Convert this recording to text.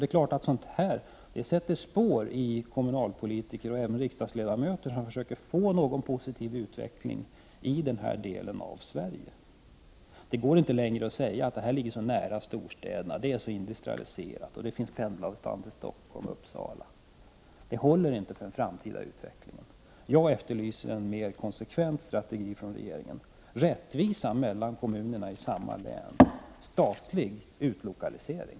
Det är klart att sådant sätter sina spår hos kommunalpolitiker och även riksdagsledamöter som försöker få till stånd en positiv utveckling i denna del av Sverige. Det går inte längre att säga att regionen ligger så nära storstäderna, att den är så industrialiserad och att den ligger inom pendelavstånd till Stockholm och Uppsala. Det håller inte för den framtida utvecklingen. Jag efterlyser en mer konsekvent strategi från regeringen, rättvisa mellan kommuner i samma län samt statlig utlokalisering.